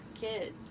kids